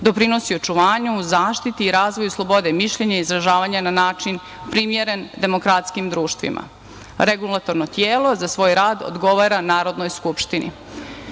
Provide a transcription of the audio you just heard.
doprinosi očuvanju, zaštiti i razvoju slobode mišljenja i izražavanja na način primeren demokratskijim društvima. Regulatorno telo za svoj rad odgovara Narodnoj skupštini.